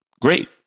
great